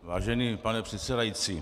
Vážený pane předsedající.